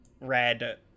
red